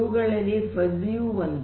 ಇವುಗಳಲ್ಲಿ ಫಜಿ ಯು ಒಂದು